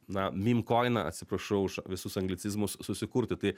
na mymkoiną atsiprašau už visus anglicizmus susikurti tai